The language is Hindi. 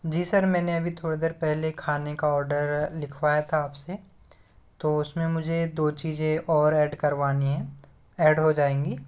जी सर मैंने अभी थोड़े देर पहले खाने का ऑर्डर लिखवाया था आपसे तो उसमें मुझे दो चीज़ें और ऐड करवानी है ऐड हो जाएंगी